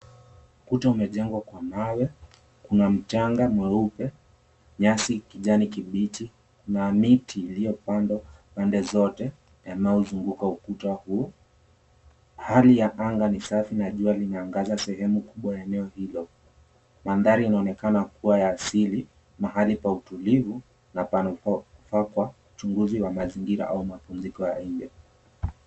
Ukuta umejengwa kwa mawe , kuna mchanga mweupe , nyasi kijani kibichi na miti iliyopandwa pande zote yanaozunguka ukuta huu. Hali ya anga ni safi na jua linaangaza sehemu kubwa la eneo hilo. 𝑀andhari yanaonekana kuwa ya asili , mahali pa utulivu na panafaa kwa uchunguzi wa mazingira au mapumziko ya nje.